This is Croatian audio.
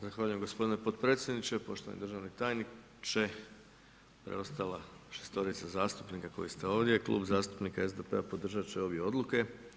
Zahvaljujem gospodine potpredsjedniče, poštovani držani tajniče i ostala šestorica zastupnika koji ste ovdje, Klub zastupnika SDP-a podržati će ove odluke.